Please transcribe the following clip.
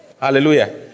Hallelujah